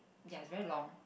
ya is very long